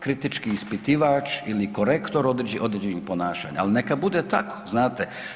kritički ispitivač ili korektor određenih ponašanja ali neka bude tako, znate.